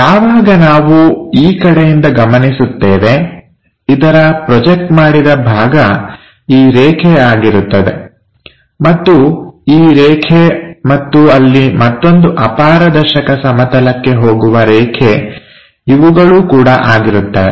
ಯಾವಾಗ ನಾವು ಈ ಕಡೆಯಿಂದ ಗಮನಿಸುತ್ತೇವೆ ಇದರ ಪ್ರೊಜೆಕ್ಟ್ ಮಾಡಿದ ಭಾಗ ಈ ರೇಖೆ ಆಗಿರುತ್ತದೆ ಮತ್ತು ಈ ರೇಖೆ ಮತ್ತು ಅಲ್ಲಿ ಮತ್ತೊಂದು ಅಪಾರದರ್ಶಕ ಸಮತಲಕ್ಕೆ ಹೋಗುವ ರೇಖೆ ಇವುಗಳೂ ಕೂಡ ಆಗಿರುತ್ತವೆ